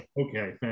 okay